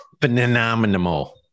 Phenomenal